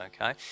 okay